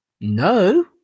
No